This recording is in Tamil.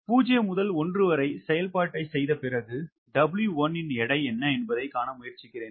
0 முதல் 1 வரை செயல்பாட்டைச் செய்த பிறகு W1 எடை என்ன என்பதைக் காண முயற்சிக்கிறேன்